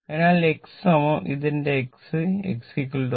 അതിനാൽ x ഇത് എന്റെ x x IL cos 36